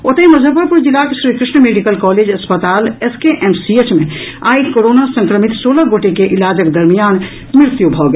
ओतहि मुजफ्फरपुर जिलाक Shrikrishna medical college अस्पताल S K M C H मे आई कोरोना संक्रमित सोलह गोटे के इलाजक दरमियान मृत्यु भऽ गेल